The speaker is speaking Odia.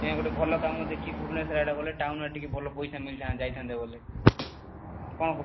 ସେଥିପାଇଁ ଗୋଟେ ଭଲ କାମ ଦେଖି ଭୁବନେଶ୍ୱର ଆଡ଼େ ଗଲେ ଟାଉନ୍ ଆଡ଼େ ଟିକେ ଭଲ ପଇସା ମିଳିଥାନ୍ତା ଯାଇଥାନ୍ତେ ବଲେ କ'ଣ